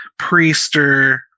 Priester